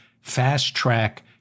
fast-track